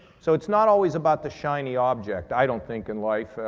so, it's not always about the shiny object i don't think in life.